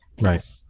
Right